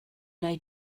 wnei